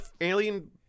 alien